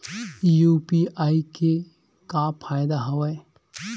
UPI के का फ़ायदा हवय?